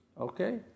Okay